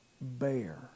bear